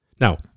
Now